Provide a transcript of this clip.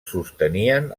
sostenien